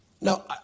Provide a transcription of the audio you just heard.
Now